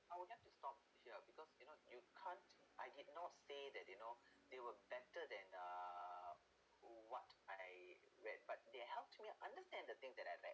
I would have to stop here because you know you can't I cannot say that you know they were better than uh what I read but they helped me understand the things that I read